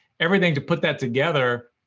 everything to put that together,